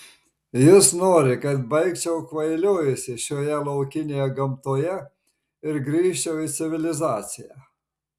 jis nori kad baigčiau kvailiojusi šioje laukinėje gamtoje ir grįžčiau į civilizaciją